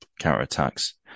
counter-attacks